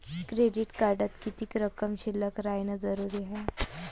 Credit कार्डात किती रक्कम शिल्लक राहानं जरुरी हाय?